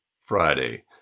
Friday